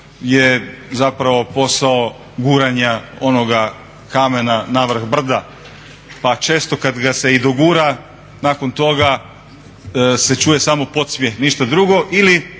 je zapravo posao guranja onoga kamena na vrh brda. Pa često kad ga se i dogura nakon toga se čuje samo podsmjeh, ništa drugo